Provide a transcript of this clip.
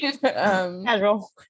Casual